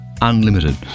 unlimited